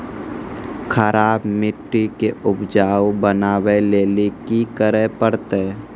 खराब मिट्टी के उपजाऊ बनावे लेली की करे परतै?